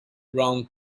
round